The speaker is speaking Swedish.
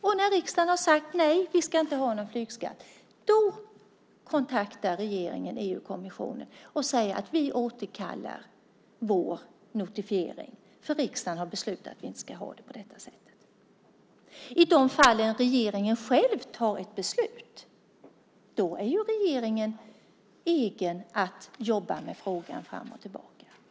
Och när riksdagen har sagt nej, att vi inte ska ha någon flygskatt, kontaktar regeringen EU-kommissionen och säger att vi återkallar vår notifiering därför att riksdagen har beslutat att vi inte ska ha det på detta sätt. I de fall regeringen själv fattar beslut är det regeringens egen sak att jobba med frågan fram och tillbaka.